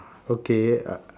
okay uh